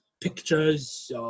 pictures